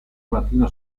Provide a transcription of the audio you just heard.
mattino